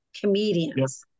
comedians